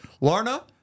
Lorna